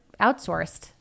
outsourced